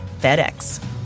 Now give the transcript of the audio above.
FedEx